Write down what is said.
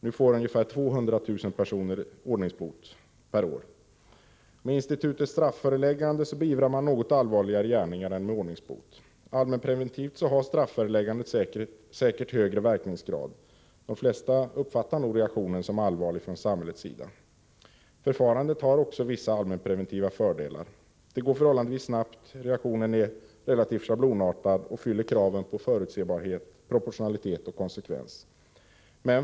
Nu får ungefär 200 000 personer ordningsbot per år. Med institutet strafföreläggande avses att beivra något allvarligare gärningar än med ordningsbot. Allmänpreventivt har strafföreläggandet högre verkningsgrad. De flesta uppfattar nog reaktionen som allvarlig från samhällets sida. Förfarandet har också vissa allmänpreventiva fördelar. Det går förhållandevis snabbt, reaktionen är relativt schablonartad och fyller kraven på förutsebarhet, proportionalitet och konsekvens.